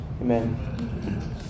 Amen